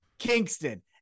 Kingston